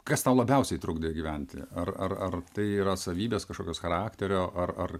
kas tau labiausiai trukdė gyventi ar ar ar tai yra savybės kažkokios charakterio ar ar